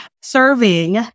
serving